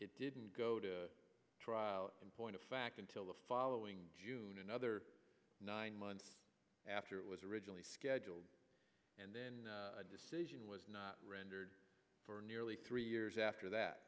it didn't go to trial in point of fact until the following june another nine months after it was originally scheduled and then a decision was not rendered for nearly three years after that